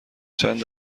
چند